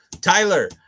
Tyler